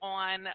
on